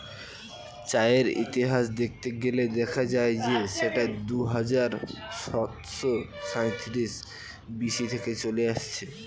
চায়ের ইতিহাস দেখতে গেলে দেখা যায় যে সেটা দুহাজার সাতশো সাঁইত্রিশ বি.সি থেকে চলে আসছে